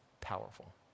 powerful